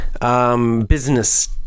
business